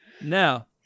now